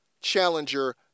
Challenger